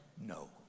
no